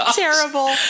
terrible